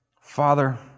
Father